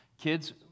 Kids